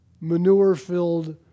manure-filled